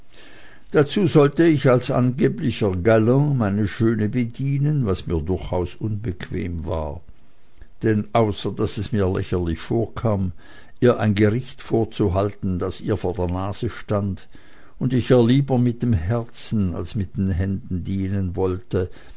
dazu sollte ich als angeblicher galan meine schöne bedienen was mir durchaus unbequem war denn außer daß es mir lächerlich vorkam ihr ein gericht vorzuhalten das ihr vor der nase stand und ich ihr lieber mit dem herzen als mit den händen dienen wollte